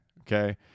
Okay